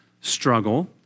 struggle